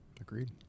Agreed